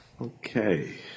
Okay